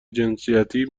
جنسیتی